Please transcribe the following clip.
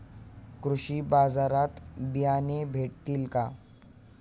कृषी बाजारात बियाणे भेटतील का?